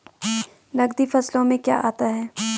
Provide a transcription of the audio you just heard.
नकदी फसलों में क्या आता है?